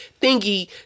thingy